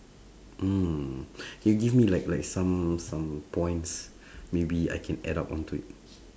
mm can you give me like like some some points maybe I can add up onto it